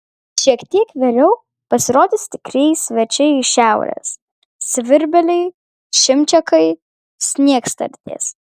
šiek tiek vėliau pasirodys tikrieji svečiai iš šiaurės svirbeliai čimčiakai sniegstartės